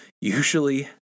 usually